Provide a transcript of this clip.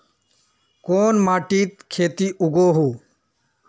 कोन माटित खेती उगोहो?